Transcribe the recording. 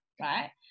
right